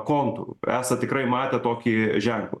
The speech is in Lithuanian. kontūru esat tikrai matę tokį ženklą